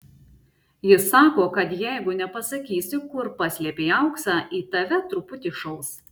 jis sako kad jeigu nepasakysi kur paslėpei auksą į tave truputį šaus